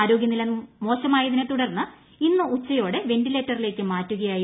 ആരോഗ്യ നില മോശമായതിനെ തുടർന്ന് ഇന്ന് ഉച്ചയോടെ വെൻറില്റ്റ്റില്ലേക്ക് മാറ്റുകയായിരുന്നു